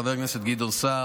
חבר הכנסת גדעון סער.